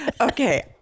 okay